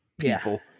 People